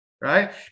right